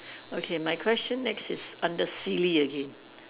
okay my question next is under silly again